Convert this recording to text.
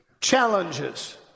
challenges